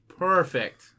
Perfect